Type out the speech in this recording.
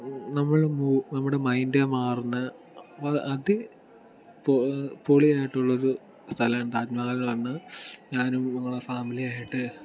നമ്മൾ മൂ നമ്മൾ മൈൻഡേ മാറുന്ന അത് പോ പൊളിയായിട്ടുള്ള ഒരു സ്ഥലം താജ്മഹൽ എന്ന് പറയുന്നത് ഞാനും ഫാമിലിയുമായിട്ട്